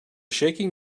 shaking